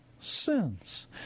sins